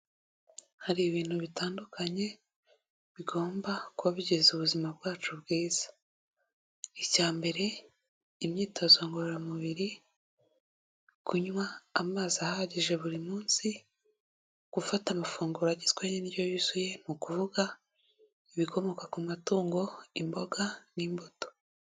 Hari ibintu bitandukanye bigomba kuba bigize ubuzima bwacu bwiza. Icya mbere, imyitozo ngororamubiri, kunywa amazi ahagije buri munsi, gufata amafunguro agizwe n'indyo yuzuye, ni ukuvuga ibikomoka ku matungo, imboga n'imbuto.